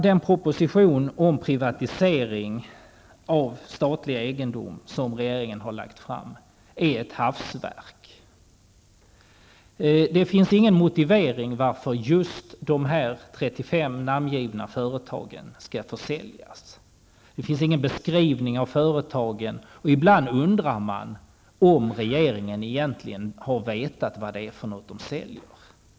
Den proposition om privatisering av statlig egendom som regeringen har lagt fram är ett hafsverk. Det finns ingen motivering till att just de namngivna 35 företagen skall försäljas. Inte heller finns det någon beskrivning av företagen, och ibland undrar man om regeringen egentligen har vetat vad den vill sälja.